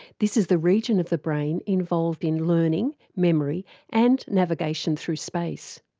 this is the region of the brain involved in learning, memory and navigation through space.